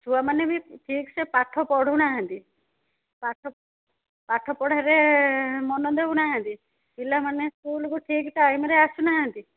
ଛୁଆମାନେ ବି ଠିକ୍ସେ ପାଠ ପଢ଼ୁନାହାନ୍ତି ପାଠ ପାଠ ପଢ଼ାରେ ମନ ଦେଉନାହାନ୍ତି ପିଲାମାନେ ସ୍କୁଲ୍କୁ ଠିକ୍ ଟାଇମ୍ରେ ଆସୁନାହାନ୍ତି